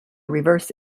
reverse